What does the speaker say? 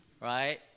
Right